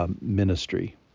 Ministry